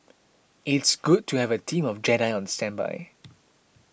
it's good to have a team of Jedi on standby